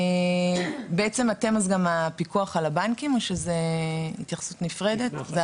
אתם גם הפיקוח על הבנקים או שזאת התייחסות נפרדת?